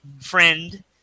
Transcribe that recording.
friend